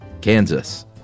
Kansas